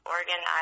Oregon